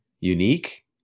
unique